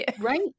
right